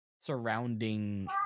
surrounding